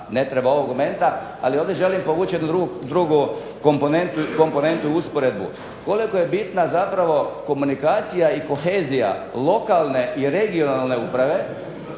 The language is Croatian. ne treba ovog momenta, ali ovdje želim povući jednu drugu komponentu, usporedbu. Koliko je bitna zapravo komunikacija i kohezija lokalne i regionalne uprave,